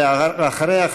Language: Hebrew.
ואחריה,